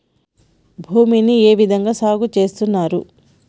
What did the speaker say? భూమిని ఏ విధంగా సాగు చేస్తున్నారు?